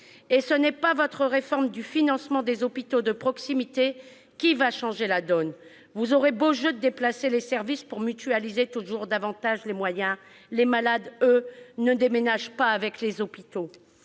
Et ce n'est pas votre réforme du financement des hôpitaux de proximité qui va changer la donne. Vous aurez beau jeu de déplacer les services pour mutualiser toujours davantage les moyens. Les malades, eux, ne déménagent pas avec les hôpitaux